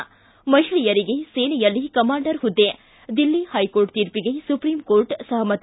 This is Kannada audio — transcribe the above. ಿ ಮಹಿಳೆಯರಿಗೆ ಸೇನೆಯಲ್ಲಿ ಕಮಾಂಡರ್ ಹುದ್ದೆ ದಿಲ್ಲಿ ಕೈಕೋರ್ಟ್ ತೀರ್ಟಿಗೆ ಸುಪ್ರೀಂ ಕೋರ್ಟ್ ಸಹಮತ